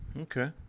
okay